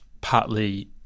partly